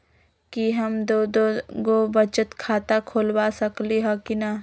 कि हम दो दो गो बचत खाता खोलबा सकली ह की न?